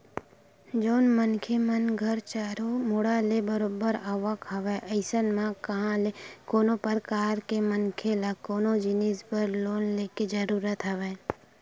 जउन मनखे मन घर चारो मुड़ा ले बरोबर आवक हवय अइसन म कहाँ ले कोनो परकार के मनखे ल कोनो जिनिस बर लोन लेके जरुरत हवय